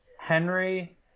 Henry